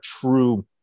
true